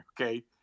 okay